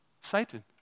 Satan